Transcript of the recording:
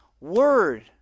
word